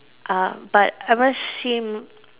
uh but I might seem